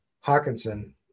Hawkinson